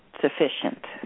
sufficient